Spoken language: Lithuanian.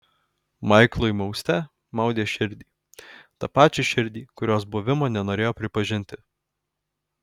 maiklui mauste maudė širdį tą pačią širdį kurios buvimo nenorėjo pripažinti